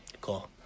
Cool